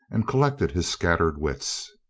and collected his scattered wits.